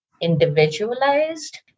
individualized